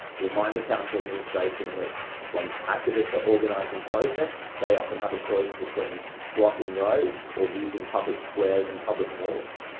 remind the council administration that when activists are organising protests, they often have a choice between blocking roads or using public squares and public malls.